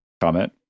comment